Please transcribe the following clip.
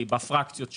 בפרקציות שלו,